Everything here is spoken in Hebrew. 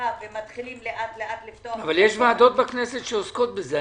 נפצחה ומתחילים לפתוח לאט לאט- -- אבל יש ועדות בכנסת שעוסקות בזה.